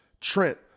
Trent